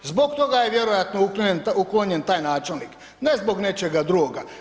Zbog toga je vjerojatno uklonjen taj načelnik, ne zbog nečega drugoga.